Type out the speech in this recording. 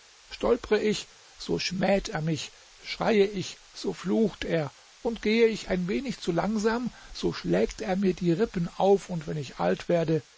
stolpere ich so schmäht er mich schreie ich so flucht er und gehe ich ein wenig zu langsam so schlägt er mir die rippen auf und wenn ich alt werde